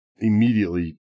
immediately